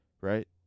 Right